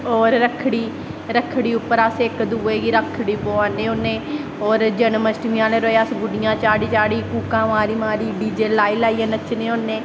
और रक्खड़ी रक्खड़ी उप्पर अस इक दुए गी रक्खड़ी पोआने होन्ने और जन्माष्टमी आह्ले दिन अस गुड्डियां चाढ़ी चाढ़ी हक्कां मारी मारी डीजे लाई लाईयै नच्चने होन्ने